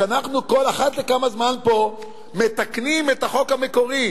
כשאנחנו אחת לכמה זמן פה מתקנים את החוק המקורי,